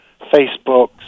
Facebook